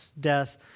death